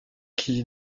qui